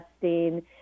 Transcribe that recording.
testing